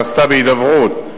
שנעשתה בהידברות,